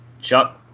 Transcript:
Chuck